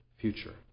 future